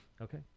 Okay